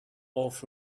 off